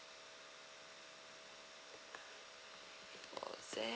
four Z